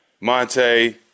Monte